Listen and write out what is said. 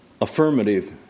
affirmative